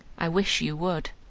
i wish you would.